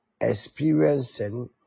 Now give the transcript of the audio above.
experiencing